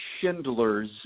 Schindler's